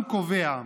העם קובע.